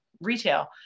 retail